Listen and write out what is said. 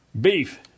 Beef